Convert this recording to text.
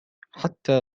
حتى